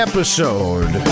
Episode